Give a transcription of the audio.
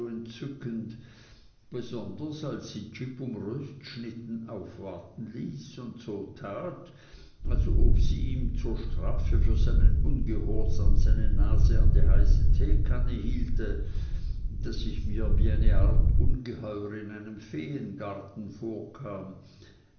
entzückend besonders als sie jip um röstschnitten aufwarten ließ und so tat als ob sie ihm zur strafe für seinen ungehorsam seine nase an die heiße teekanne hielte daß ich mir wie eine art ungeheuer in einem feengarten vorkam